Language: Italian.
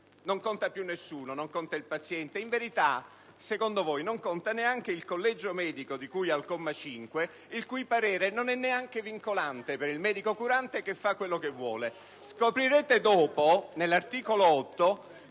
Non conta più nessuno: non conta il paziente e in verità, secondo voi, non conta neanche il collegio medico di cui al comma 5, il cui parere non è neanche vincolante per il medico curante, che fa quello che vuole.